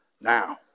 Now